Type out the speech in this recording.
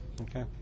Okay